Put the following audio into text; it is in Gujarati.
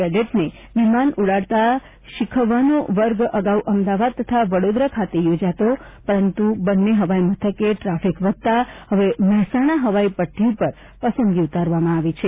કેડેટને વિમાન ઉડાડતા શીખવવાનો વર્ગ અગાઉ અમદાવાદ તથા વડોદરા ખાતે યોજાતો પરંતુ બંને હવાઇ મથકે ટ્રાફિક વધતા હવે મહેસાણા હવાઇ પટ્ટી ઉપર પસંદગી ઉતારવામાં આવી છે